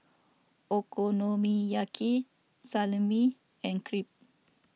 Okonomiyaki Salami and Crepe